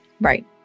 right